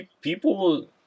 people